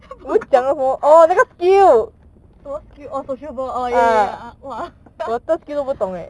how did we com~ 什么 skill orh sociable oh ya ya ya